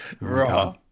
Raw